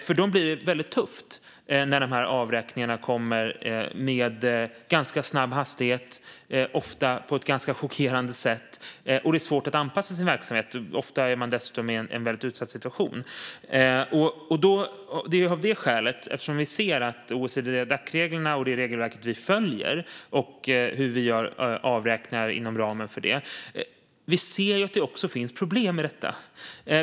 För dem blir det tufft när avräkningarna görs med snabb hastighet och ofta på ett chockerande sätt. Det är svårt att anpassa sin verksamhet, och ofta är de i en utsatt situation. Vi ser att OECD-Dac-reglerna och det regelverk som vi följer, hur vi gör avräkningar inom ramen för dem, innebär problem.